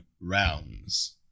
rounds